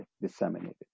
disseminated